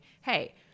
Hey